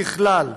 ככלל,